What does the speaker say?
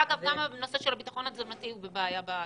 אגב, גם הביטחון התזונתי הוא בעייתי בתקופה זו.